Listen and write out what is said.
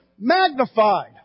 magnified